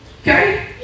Okay